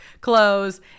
clothes